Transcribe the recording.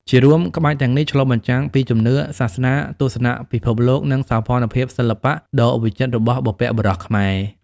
ជារួម ក្បាច់ទាំងនេះឆ្លុះបញ្ចាំងពីជំនឿ សាសនា ទស្សនៈពិភពលោក និងសោភ័ណភាពសិល្បៈដ៏វិចិត្ររបស់បុព្វបុរសខ្មែរ។